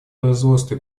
производство